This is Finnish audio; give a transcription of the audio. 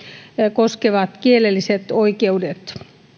koskevat kielelliset oikeudet